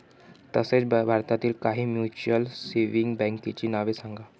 तसेच भारतातील काही म्युच्युअल सेव्हिंग बँकांची नावे सांगा